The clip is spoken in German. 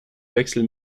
wechsel